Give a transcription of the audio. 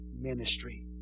ministry